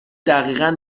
دقیقا